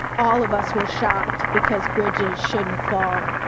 all of us were shocked because bridges should not fall.